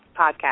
podcast